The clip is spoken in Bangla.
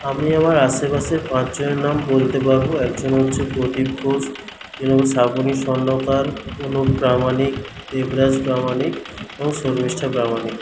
আমি আমার আশেপাশের পাঁচজনের নাম বলতে পারব একজন হচ্ছে প্রদীপ ঘোষ এবং শ্রাবণী স্বর্ণকার প্রণব প্রামাণিক দেবরাজ প্রামাণিক এবং শর্মিষ্ঠা প্রামাণিক